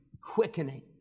quickening